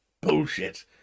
bullshit